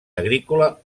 agrícola